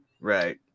Right